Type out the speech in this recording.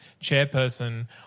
chairperson